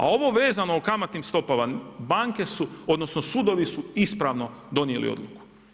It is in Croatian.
A ovo vezano o kamatnim stopama, banke su, odnosno sudovi su ispravno donijeli odluku.